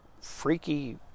freaky